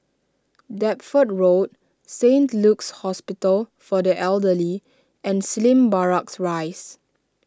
Deptford Road Saint Luke's Hospital for the Elderly and Slim Barracks Rise